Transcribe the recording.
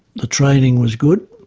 the training was good,